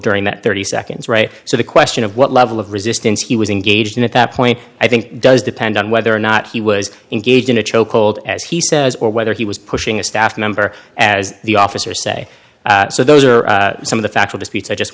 during that thirty seconds right so the question of what level of resistance he was engaged in at that point i think does depend on whether or not he was engaged in a chokehold as he says or whether he was pushing a staff member as the officer say so those are some of the factual disputes i just